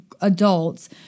adults